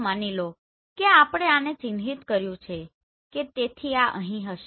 તો માની લો કે આપણે આને ચિહ્નિત કર્યું છે તેથી આ અહીં હશે